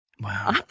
Wow